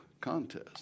contest